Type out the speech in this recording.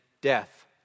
death